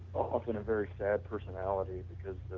off in a very sad personality because